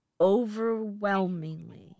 overwhelmingly